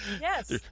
Yes